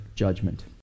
judgment